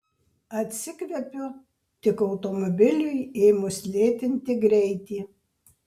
atsikvepiu tik automobiliui ėmus lėtinti greitį